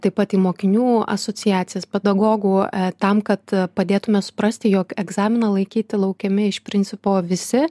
taip pat į mokinių asociacijas pedagogų tam kad padėtume suprasti jog egzaminą laikyti laukiami iš principo visi